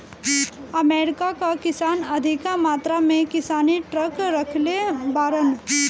America कअ किसान अधिका मात्रा में किसानी ट्रक रखले बाड़न